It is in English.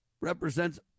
represents